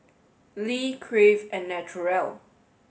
lee Crave and Naturel